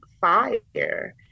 fire